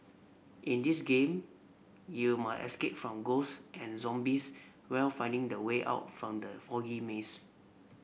in this game you must escape from ghosts and zombies while finding the way out from the foggy maze